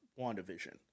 wandavision